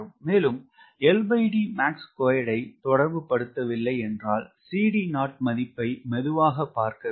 மேலும் ஐ தொடர்புபடுத்தவில்லை என்றால் CD0 மதிப்பை மெதுவாக பார்க்கவேண்டும்